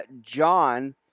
John